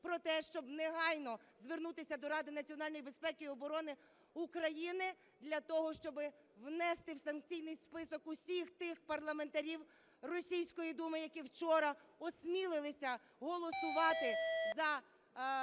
про те, щоб негайно звернутися до Ради національної безпеки і оборони України для того, щоб внести в санкційний список усіх тих парламентарів російської Думи, які вчора осмілилися голосувати за звернення до Путіна про визнання